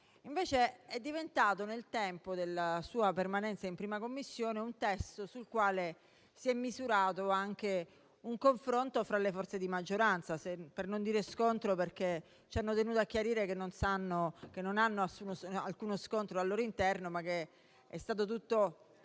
Invece, è diventato, nel tempo della sua permanenza in 1ª Commissione, un testo sul quale si è misurato anche un confronto fra le forze di maggioranza. Confronto, non scontro, perché ci hanno tenuto a chiarire che non hanno alcuno scontro al loro interno, ma che questa è stata